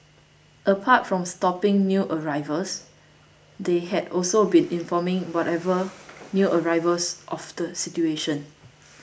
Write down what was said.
apart from stopping new arrivals they had also been informing whatever new arrivals of the situation